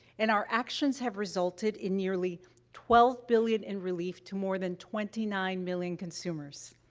and our actions have resulted in nearly twelve billion in relief to more than twenty nine million consumers.